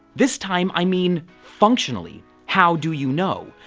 this time i mean functionally, how do you know?